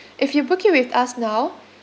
if you book it with us now